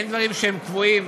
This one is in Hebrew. אין דברים שהם קבועים,